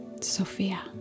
Sophia